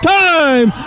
time